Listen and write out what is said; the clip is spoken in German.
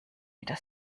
wieder